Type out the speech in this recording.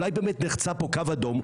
אולי באמת נחצה פה קו אדום?